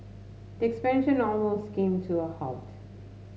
the expansion almost came to a halt